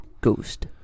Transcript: Ghost